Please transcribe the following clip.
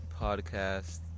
podcast